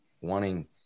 wanting